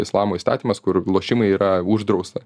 islamo įstatymas kur lošimai yra uždrausta